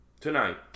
tonight